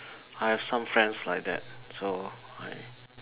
I have some friends like that so I